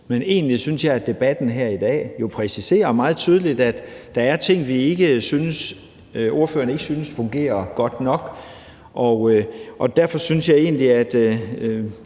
Men egentlig synes jeg, at debatten her i dag jo meget tydeligt præciserer, at der er ting, ordførerne ikke synes fungerer godt nok, og derfor synes jeg egentlig, at